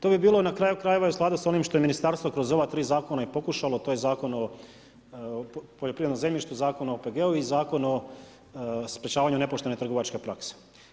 To bi bilo, na kraju krajeva, u skladu s onim što je Ministarstvo kroz ova 3 zakona i pokušalo, to je Zakon o poljoprivrednom zemljištu, Zakon o OPG-u i Zakon o sprečavanju nepoštene trgovačke prakse.